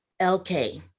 LK